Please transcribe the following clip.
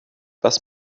was